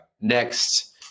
Next